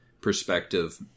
perspective